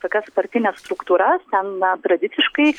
tokias partines struktūras ten na tradiciškai